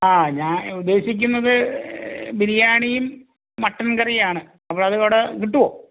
ആ ഞാൻ ഉദ്ദേശിക്കുന്നത് ബിരിയാണിയും മട്ടൻ കറീയാണ് അപ്പോൾ അത് അവിടെ കിട്ടുമോ